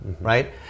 right